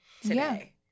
today